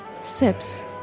sips